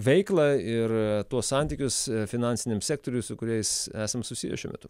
veiklą ir tuos santykius finansiniam sektoriui su kuriais esam susiję šiuo metu